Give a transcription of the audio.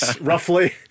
roughly